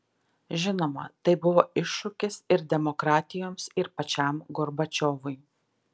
žinoma tai buvo iššūkis ir demokratijoms ir pačiam gorbačiovui